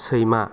सैमा